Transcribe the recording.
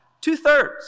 Two-thirds